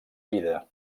vida